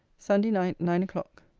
sunday night, nine o'clock.